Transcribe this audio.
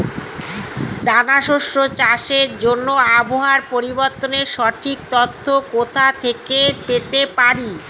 দানা শস্য চাষের জন্য আবহাওয়া পরিবর্তনের সঠিক তথ্য কোথা থেকে পেতে পারি?